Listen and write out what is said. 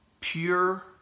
pure